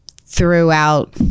throughout